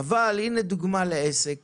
דוגמה לעסק